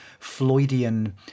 Floydian